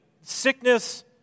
sickness